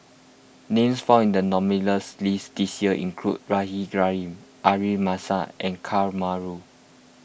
names found in the nominees' list this year include Rahimah Rahim and Ka Perumal